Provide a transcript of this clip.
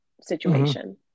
situation